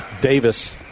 Davis